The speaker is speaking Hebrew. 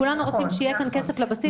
כולנו רוצים שיהיה כאן כסף לבסיס.